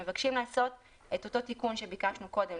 גם כאן אנחנו מבקשים לעשות את התיקון שביקשנו קודם,